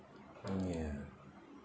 mm ya